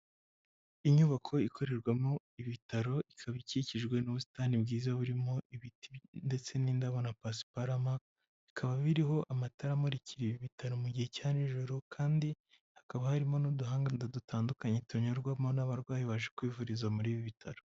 Inyubako ikorerwamo ibitaro ikaba ikikijwe n'ubusitani bwiza burimo ibiti ndetse n'indabo na pasiparama, bikaba biriho amatara amurikira ibi bitaro mu gihe cya nijoro kandi hakaba harimo n'uduhanda dutandukanye tunyurwamo n'abarwayi baje kwivuriza muri ibi bitaro.